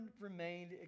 remained